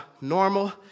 Normal